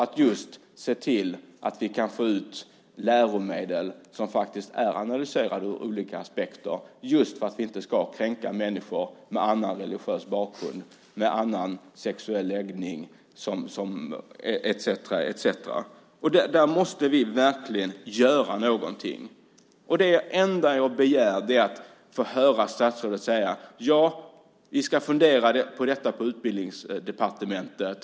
Vi måste se till att vi kan få ut läromedel som faktiskt är analyserade ur olika aspekter just för att vi ska inte kränka människor med annan religiös bakgrund, annan sexuell läggning etcetera. Där måste vi verkligen göra någonting. Det enda jag begär är att få höra statsrådet säga: Ja, vi ska fundera på detta på Utbildningsdepartementet.